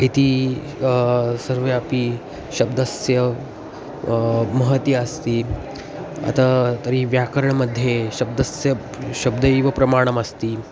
इति सर्वे अपि शब्दस्य महती अस्ति अत तर्हि व्याकरणमध्ये शब्दस्य शब्दैव प्रमाणमस्ति